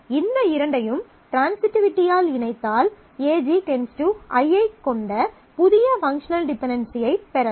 இந்த இரண்டையும் ட்ரான்சிட்டிவிட்டியால் இணைத்தால் AG → I ஐ கொண்ட புதிய பங்க்ஷனல் டிபென்டென்சியைப் பெறலாம்